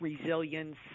resilience